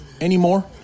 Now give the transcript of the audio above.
anymore